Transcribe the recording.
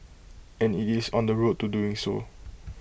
and IT is on the road to doing so